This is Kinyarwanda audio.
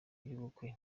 y’ubukwe